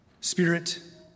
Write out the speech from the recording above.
Spirit